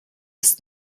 ist